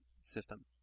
system